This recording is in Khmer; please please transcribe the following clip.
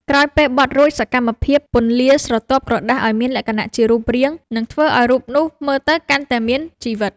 ក្រោយពេលបត់រួច សកម្មភាពពន្លាស្រទាប់ក្រដាសឱ្យមានលក្ខណៈជារូបរាង នឹងធ្វើឱ្យរូបនោះមើលទៅកាន់តែមានជីវិត។